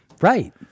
Right